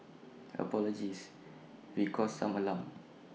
apologies we caused some alarm